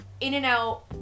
in-and-out